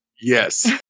Yes